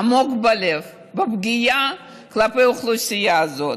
עמוק בלב, בפגיעה כלפי האוכלוסייה הזאת.